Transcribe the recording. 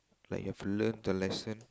like you have learnt a lesson